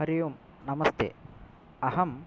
हरि ओम् नमस्ते अहम्